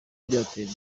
byatera